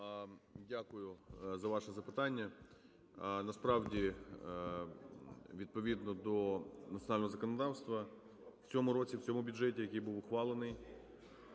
Дякую за ваше запитання. Насправді відповідно до національного законодавства в цьому році в цьому бюджеті, який був ухвалений